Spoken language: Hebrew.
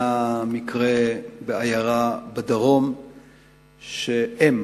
היה מקרה בעיירה בדרום שאם